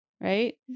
right